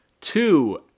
two